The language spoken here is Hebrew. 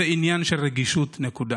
זה עניין של רגישות, נקודה.